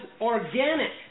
organic